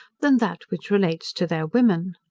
than that which relates to their women.